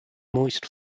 moist